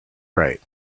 right